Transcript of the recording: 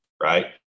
right